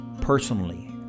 personally